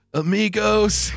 amigos